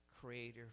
creator